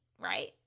right